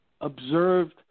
observed